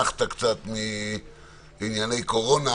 אנחנו נעשה היום אתנחתא מענייני קורונה